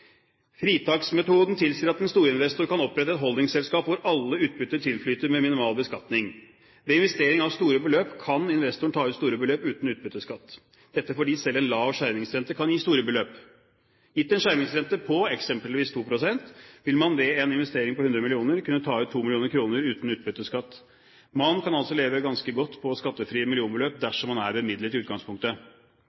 Fritaksmetoden tilsier at en storinvestor kan opprette et holdingselskap hvor alle utbytter tilflyter med minimal beskatning. Ved investering av store beløp kan investoren ta ut store beløp uten utbytteskatt, dette fordi selv en lav skjermingsrente kan gi store beløp. Gitt en skjermingsrente på eksempelvis 2 pst. vil man ved en investering på 100 mill. kr kunne ta ut 2 mill. kr uten utbytteskatt. Man kan altså leve ganske godt på skattefrie millionbeløp